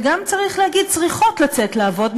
וגם צריך להגיד צריכות לצאת לעבוד,